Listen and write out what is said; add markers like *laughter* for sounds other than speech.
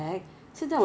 *laughs* rui en rui en *laughs*